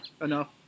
Enough